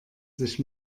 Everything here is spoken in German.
sich